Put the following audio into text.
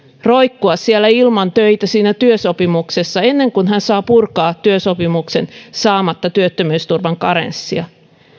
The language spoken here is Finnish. roikkua ilman töitä siinä työsopimuksessa ennen kuin hän saa purkaa työsopimuksen saamatta työttömyysturvan karenssia